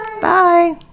Bye